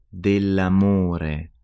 dell'amore